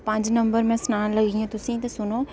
पंज नंबर मेंसनान लगी आं तुसेंगी ते सुनो